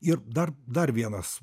ir dar dar vienas